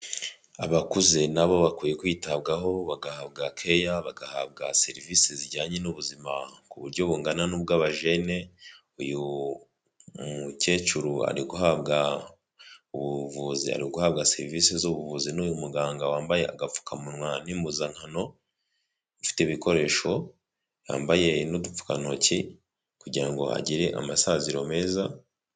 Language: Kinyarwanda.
Abakuze nabo bakwiye kwitabwaho bagahabwa keya bagahabwa serivisi zijyanye n'ubuzima ku buryo bungana n'ubw'abajene, uyu mukecuru ari guhabwa ubuvuzi, ari guhabwa serivisi z'ubuvuzi n'uyu muganga wambaye agapfukamunwa n'inpuzankano, ifite ibikoresho yambaye n'udupfukantoki kugira ngo agire amasaziro meza.